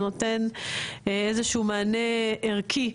מענה ערכי,